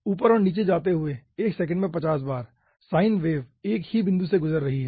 ऊपर और नीचे जाते हुए 1 सेकंड में 50 बार साइन वेव एक ही बिंदु से गुजर रही है